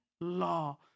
law